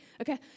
Okay